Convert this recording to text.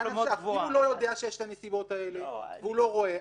אם הוא לא יודע שיש את הנסיבות האלה והוא לא רואה,